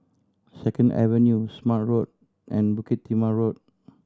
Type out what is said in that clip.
Second Avenue Smart Road and Bukit Timah Road